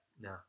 No